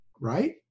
Right